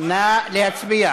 (סיום